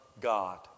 God